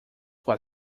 what